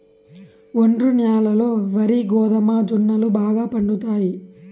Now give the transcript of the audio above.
ఒండ్రు న్యాలల్లో వరి, గోధుమ, జొన్నలు బాగా పండుతాయి